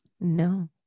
no